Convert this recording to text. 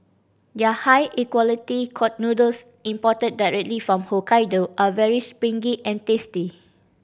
their high equality noodles imported directly from Hokkaido are very springy and tasty